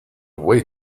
way